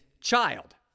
child